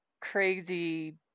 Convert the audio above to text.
crazy